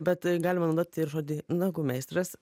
bet galima naudoti ir žodį nagų meistras